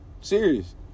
Serious